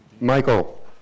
Michael